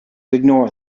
ignore